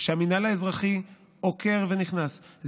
והמינהל האזרחי עוקר ונכנס,